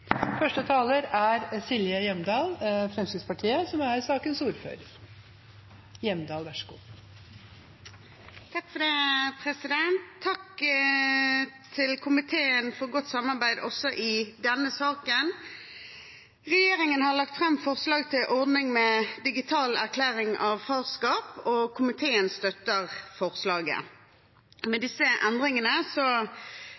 Takk til komiteen for godt samarbeid også i denne saken. Regjeringen har lagt fram forslag til ordning med digital erklæring av farskap, og komiteen støtter forslaget. Med